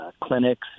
clinics